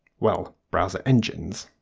well browser engines.